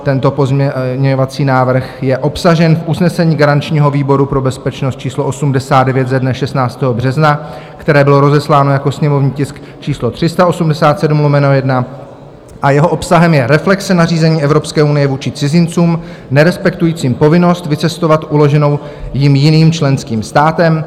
Tento pozměňovací návrh je obsažen v usnesení garančního výboru pro bezpečnost číslo 89 ze dne 16. března, které bylo rozesláno jako sněmovní tisk číslo 387/1, a jeho obsahem je reflexe nařízení Evropské unie vůči cizincům nerespektujícím povinnost vycestovat uloženou jim jiným členským státem.